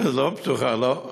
לא פתוחה, לא.